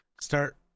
Start